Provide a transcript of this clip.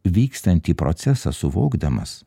vykstantį procesą suvokdamas